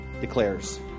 declares